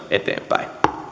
eteenpäin